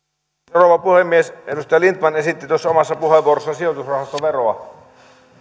rouva puhemies edustaja lindtman esitti omassa puheenvuorossaan sijoitusrahastoveroa